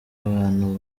abantu